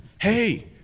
Hey